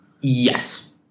yes